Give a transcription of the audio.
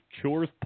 cures